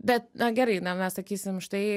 bet na gerai na mes sakysim štai